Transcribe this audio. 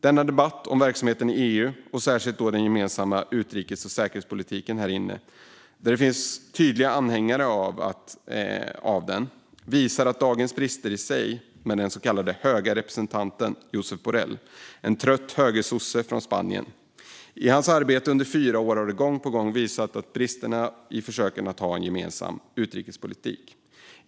Denna debatt om verksamheten i EU, och särskilt då den gemensamma utrikes och säkerhetspolitiken som det här inne finns tydliga anhängare av, visar dagens brister i sig, med den så kallade höga representanten Josep Borrell, en trött högersosse från Spanien. I hans arbete under fyra år har gång på gång bristerna i försöken att ha en gemensam utrikespolitik visats.